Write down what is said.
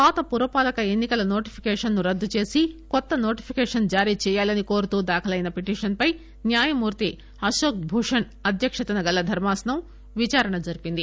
పాత పురపాలక ఎన్ని కల నోటిఫికేషన్ ను రద్దు చేసి కొత్త నోటిఫికేషన్ జారీ చేయాలని కోరుతూ దాఖలైన పిటీషన్పై న్యాయమూర్తి అకోక్ భూషన్ అధ్యక్షతన గల ధర్మాసనం విచారణ జరిపింది